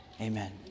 amen